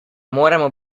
moremo